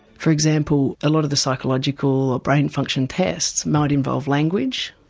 for example a lot of the psychological or brain function tests might involve language.